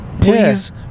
Please